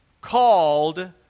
called